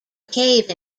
cave